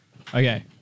okay